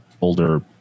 older